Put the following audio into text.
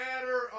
matter